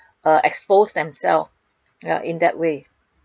uh expose themselves uh in that way